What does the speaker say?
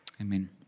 Amen